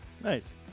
Nice